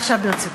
ועכשיו ברצינות.